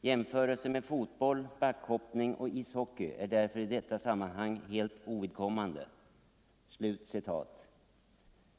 Jämförelser med fotboll, backhoppning och ishockey är därför i detta sammanhang helt ovidkommande.”